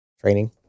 Training